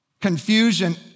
confusion